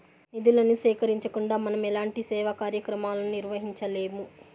నిధులను సేకరించకుండా మనం ఎలాంటి సేవా కార్యక్రమాలను నిర్వహించలేము